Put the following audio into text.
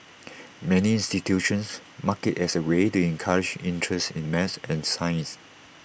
many institutions mark IT as A way to encourage interest in maths and science